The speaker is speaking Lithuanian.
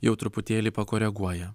jau truputėlį pakoreguoja